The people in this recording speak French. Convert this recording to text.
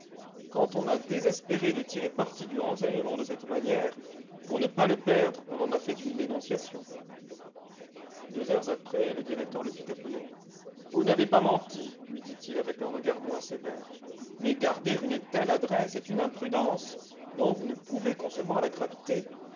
quand on a désespéré de tirer parti du renseignement de cette manière pour ne pas le perdre on en a fait une dénonciation deux heures après le directeur le fit appeler vous n'avez pas menti lui dit-il avec un regard moins sévère mais garder une telle adresse est une imprudence dont vous ne pouvez concevoir la gravité